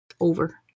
over